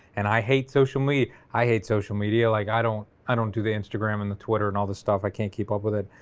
and i hate social media. i hate social media, like i don't, i don't do the instagram, and the twitter and all this stuff, i can't keep up with it,